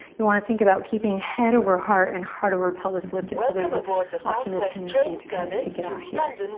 you want to think about keeping head over heart and heart over pelvis lifted. so there's ah often a tendency to kind of take it off here.